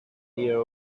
near